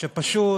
שפשוט